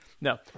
No